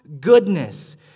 goodness